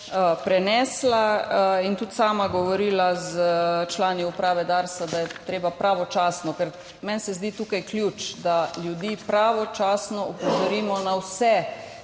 to prenesla in tudi sama govorila s člani uprave Darsa, da je treba pravočasno. Ker meni se zdi tukaj ključ – da ljudi pravočasno opozorimo na vse,